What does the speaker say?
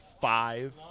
five